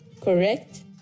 correct